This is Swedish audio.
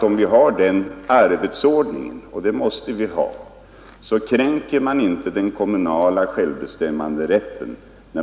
Om vi har den arbetsordningen — och det måste vi ha — kränker man inte därmed den kommunala självbestämmanderätten.